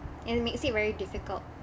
and it makes it very difficult